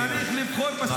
נא לסיים.